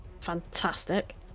Fantastic